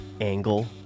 angle